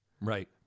Right